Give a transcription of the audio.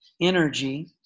energy